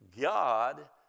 God